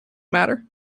matter